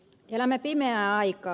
elämme pimeää aikaa